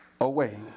away